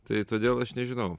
tai todėl aš nežinau